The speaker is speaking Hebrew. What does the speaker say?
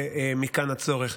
ומכאן הצורך.